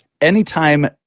anytime